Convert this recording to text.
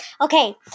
Okay